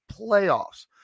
playoffs